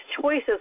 choices